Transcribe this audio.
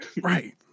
right